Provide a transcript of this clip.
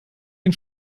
den